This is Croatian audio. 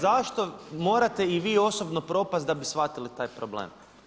Zašto morate i vi osobno propasti da bi shvatili taj problem?